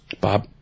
Bob